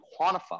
quantify